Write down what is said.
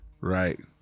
right